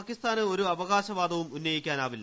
പാക്കിസ്ഥാന് ഒരു അവ കാശവാദവും ഉന്നയിക്കാനാവില്ല